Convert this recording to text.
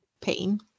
pain